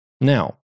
Now